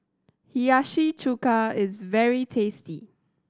Hiyashi Chuka is very tasty